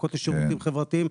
במחלקות לשירותים חברתיים.